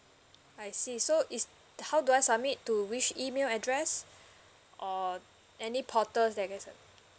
I see so is how do I submit to which email address or any portals that I send